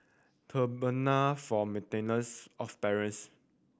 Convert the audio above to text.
Tribunal for Maintenance of Parents